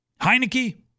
Heineke